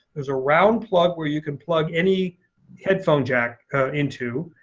there's a round plug where you can plug any headphone jack into.